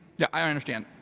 yeah i understand.